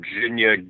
Virginia